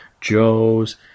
Joes